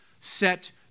set